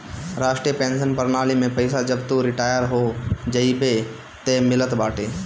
राष्ट्रीय पेंशन प्रणाली में पईसा जब तू रिटायर हो जइबअ तअ मिलत बाटे